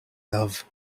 love